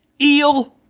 eel.